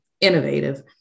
innovative